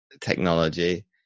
technology